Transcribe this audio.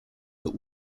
but